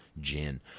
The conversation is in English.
gin